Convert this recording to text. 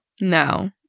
no